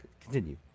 Continue